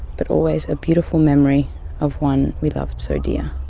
but always a beautiful memory of one we loved so dear.